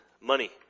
money